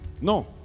No